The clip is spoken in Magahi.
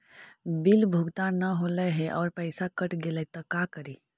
बिल भुगतान न हौले हे और पैसा कट गेलै त का करि?